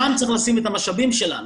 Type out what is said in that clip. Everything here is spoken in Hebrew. שם צריך לשים את המשאבים שלנו,